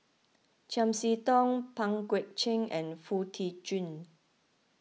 Chiam See Tong Pang Guek Cheng and Foo Tee Jun